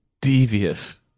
Devious